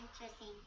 interesting